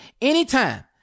anytime